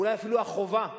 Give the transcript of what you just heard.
אולי אפילו החובה,